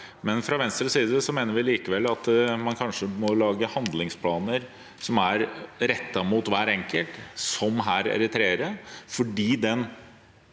Fra Venstres side mener vi likevel at man kanskje må lage handlingsplaner som er rettet mot hver enkelt gruppe, som her eritreere, fordi den